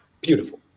beautiful